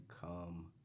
come